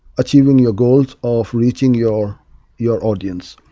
achieving your goals of reaching your your audience.